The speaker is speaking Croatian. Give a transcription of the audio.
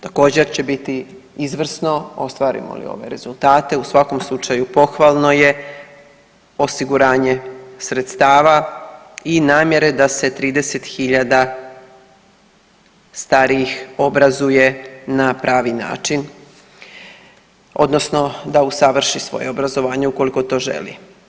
Također će biti izvrsno ostvarimo li ove rezultate, u svakom slučaju pohvalno je osiguranje sredstava i namjere da se 30.000 starijih obrazuje na pravi način odnosno da usavrši svoje obrazovanje ukoliko to želi.